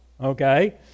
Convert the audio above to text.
okay